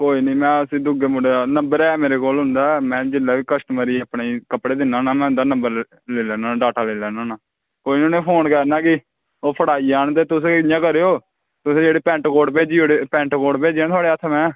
कोई निं में उसी दूऐ मुढ़े दा मेरे कोल ऐ नंबर ऐ उंदा में जेल्लै बी कस्टमर गी अपने ई कपड़े दिन्ना होना उंदा नंबर लेई लैना होना डाटा लैना होना ते कोई निं उनेंगी बोलना की फड़ाई लैयो ते तुस इंया करेओ की जेह्का पैंट कोट भेजेआ निं थुआढ़े हत्थै में ओह् बापस भेजेओ